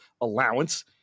allowance